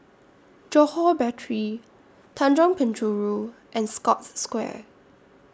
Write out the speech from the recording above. Johore Battery Tanjong Penjuru and Scotts Square